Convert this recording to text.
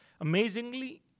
amazingly